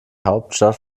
hauptstadt